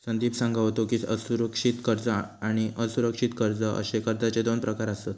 संदीप सांगा होतो की, सुरक्षित कर्ज आणि असुरक्षित कर्ज अशे कर्जाचे दोन प्रकार आसत